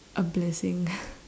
a blessing